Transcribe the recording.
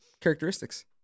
characteristics